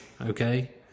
okay